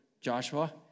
Joshua